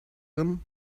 him